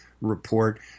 report